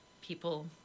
people